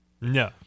No